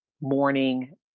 morning